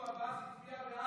מנסור עבאס הצביע בעד?